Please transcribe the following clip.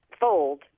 fold